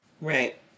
Right